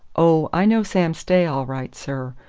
oh, i know sam stay all right, sir.